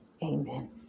Amen